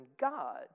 God